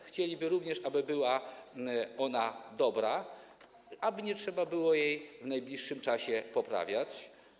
Chcieliby również, aby była ona dobra, aby nie trzeba było jej w najbliższym czasie poprawiać.